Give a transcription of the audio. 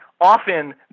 Often